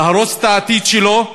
להרוס את העתיד שלו,